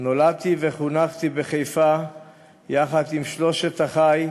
נולדתי וחונכתי בחיפה יחד עם שלושת אחי.